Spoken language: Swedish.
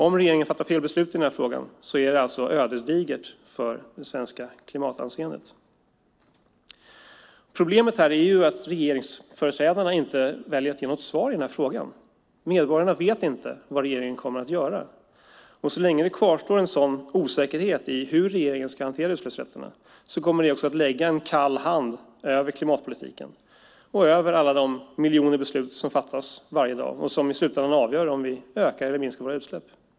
Om regeringen fattar fel beslut i den här frågan är det ödesdigert för det svenska klimatanseendet. Problemet är att regeringsföreträdarna väljer att inte ge något svar i frågan. Medborgarna vet inte vad regeringen kommer att göra. En sådan osäkerhet i hur regeringen ska hantera utsläppsrätterna - så länge den kvarstår - kommer att lägga en kall hand över klimatpolitiken och över alla de miljoner beslut som fattas varje dag och som i slutändan avgör om vi ökar eller minskar våra utsläpp.